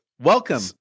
Welcome